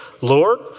Lord